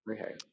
Okay